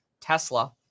Tesla